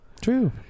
True